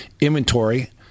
Inventory